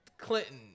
clinton